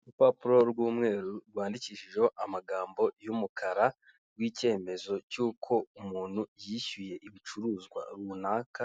Urupapuro rw'umweru rwandikishijeho amagambo y'umukara rw'icyemezo cy'uko umuntu yishyuye ibicuruzwa runaka